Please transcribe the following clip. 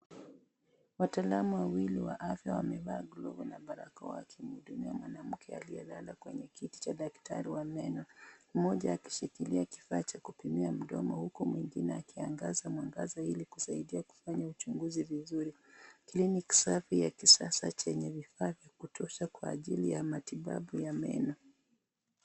Wataalamu wawili wa afya wamevaa glovu na barakoa wakimu hudumia mgonjwa mwanamke aliyelala kwenye kiti cha daktari wa meno, mmoja akishikilia kifaa cha kupimia mdomo huku mwingine akiangaza mwangaza ili kusaidia kufanya uchunguzi vizuri, (cs)clinic(cs) safi ya kisasa chenye vifaa vya kutosha kwa ajili ya matibabu ya meno.